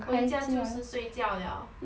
回家就是睡觉了